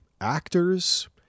Actors